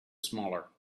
smaller